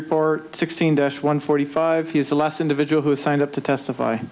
report sixteen dash one forty five he is the last individual who signed up to testify